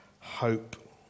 hope